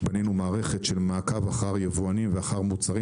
בנינו מערכת של מעקב אחר יבואנים ואחר מוצרים